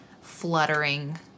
fluttering